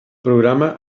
programa